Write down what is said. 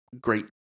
great